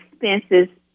expenses